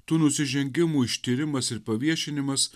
tų nusižengimų ištyrimas ir paviešinimas